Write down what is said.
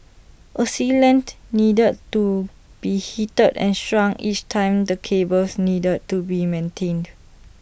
A sealant needed to be heated and shrunk each time the cables needed to be maintained